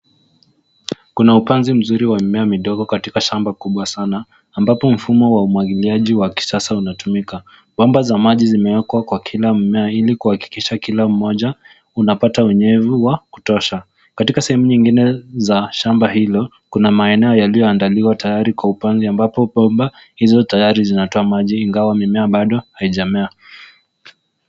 Kuna upanzi mzuri wa mimea midogo katika shamba kubwa ambapo mfumo wa umwangiliaji wa kisasa unatumika. Bomba za maji zimewekwa kwa kila mmea ili kuhakikisha kila mmoja unapata unyevu wa kutuosha. Katika sehemu nyingine za shamba hilo kuna maeneo yaliandaliwa tayari kwa upanzi ambapo bomba hizo tayari zinatoa maji ingawa mimea bado haijamea.